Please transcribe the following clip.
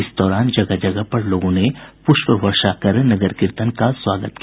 इस दौरान जगह जगह पर लोगों ने पुष्प वर्षा कर नगर कीर्तन का स्वागत किया